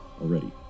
already